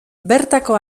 bertako